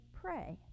pray